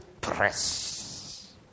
press